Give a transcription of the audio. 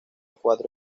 cuatro